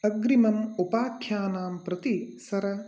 अग्रिमम् उपाख्यानां प्रति सर